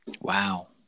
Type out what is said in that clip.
Wow